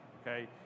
Okay